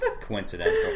coincidental